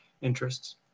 interests